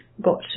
got